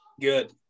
Good